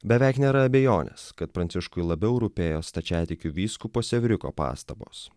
beveik nėra abejonės kad pranciškui labiau rūpėjo stačiatikių vyskupas sevriuko pastabos